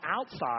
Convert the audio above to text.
outside